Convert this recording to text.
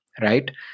right